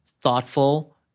thoughtful